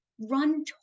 run